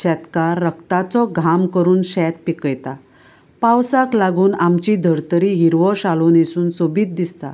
शेतकार रक्ताचो घाम करून शेत पिकयता पावसाक लागून आमची धर्तरी हिरवो शालू न्हेसून सोबीत दिसता